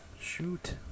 Shoot